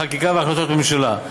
בחקיקה ובהחלטות ממשלה,